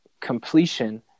completion